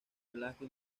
velasco